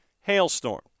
Hailstorm